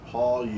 Paul